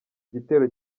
gitero